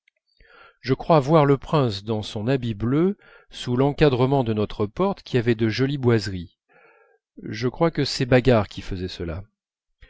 je crois voir le prince dans son habit bleu sous l'encadrement de notre porte qui avait de jolies boiseries je crois que c'est bagard qui faisait cela